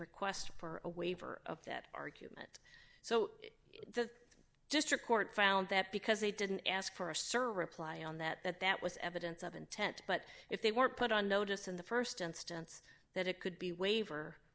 request for a waiver of that argument so the district court found that because they didn't ask for a server reply on that that that was evidence of intent but if they were put on notice in the st instance that it could be waiver